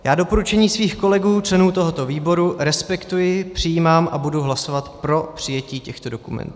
Já doporučení svých kolegů členů tohoto výboru respektuji, přijímám a budu hlasovat pro přijetí těchto dokumentů.